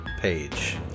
page